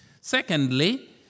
Secondly